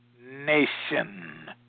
nation